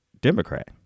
Democrat